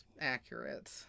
accurate